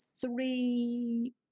three